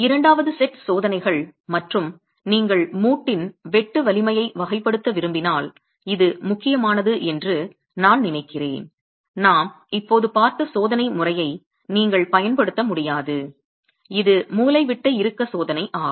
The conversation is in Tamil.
இரண்டாவது செட் சோதனைகள் மற்றும் நீங்கள் மூட்டின் வெட்டு வலிமையை வகைப்படுத்த விரும்பினால் இது முக்கியமானது என்று நான் நினைக்கிறேன் நாம் இப்போது பார்த்த சோதனை முறையை நீங்கள் பயன்படுத்த முடியாது இது மூலைவிட்ட இறுக்க சோதனை ஆகும்